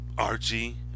Archie